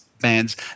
bands